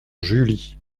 julie